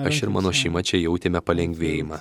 aš ir mano šeima čia jautėme palengvėjimą